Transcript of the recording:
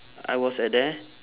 I was at there